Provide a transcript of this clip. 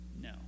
No